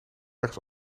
ergens